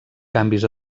canvis